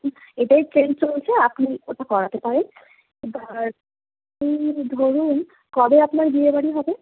এখন এটাই ট্রেন্ড চলছে আপনি ওটা করাতে পারেন এবার আপনি ধরুন কবে আপনার বিয়েবাড়ি হবে